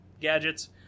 gadgets